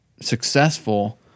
successful